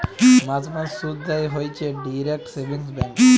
মাস মাস শুধ দেয় হইছে ডিইরেক্ট সেভিংস ব্যাঙ্ক